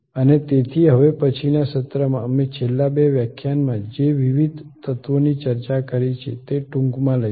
અને તેથી હવે પછીના સત્રમાં અમે છેલ્લા 2 વ્યાખ્યાનમાં જે વિવિધ તત્વોની ચર્ચા કરી છે તે ટૂંકમાં લઈશું